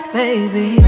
baby